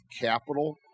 capital